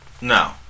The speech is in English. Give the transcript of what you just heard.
No